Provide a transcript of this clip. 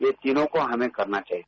ये तीनों को हमें करना चाहिए